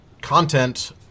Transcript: content